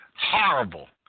Horrible